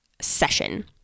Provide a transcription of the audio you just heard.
session